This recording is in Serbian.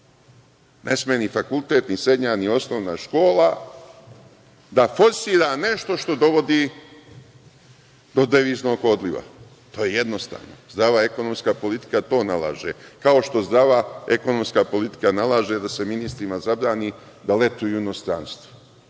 sme ni fakultet, ni srednja, ni osnovna škola da forsira nešto što dovodi do deviznog odliva, to je jednostavno. Zdrava ekonomska politika to nalaže, kao što zdrava ekonomska politika nalaže da se ministrima zabrani da letuju u inostranstvu.